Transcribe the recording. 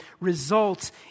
results